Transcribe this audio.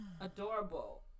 Adorable